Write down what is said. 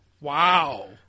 Wow